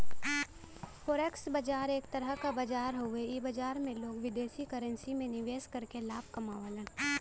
forex बाजार एक तरह क बाजार हउवे इ बाजार में लोग विदेशी करेंसी में निवेश करके लाभ कमावलन